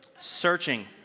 Searching